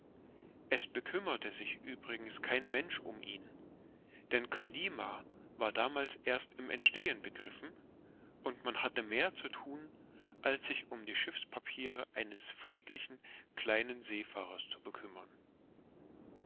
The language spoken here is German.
es bekümmerte sich übrigens kein mensch um ihn denn kalima war damals erst im entstehen begriffen und man hatte mehr zu thun als sich um die schiffspapiere eines friedlichen kleinen seefahrers zu bekümmern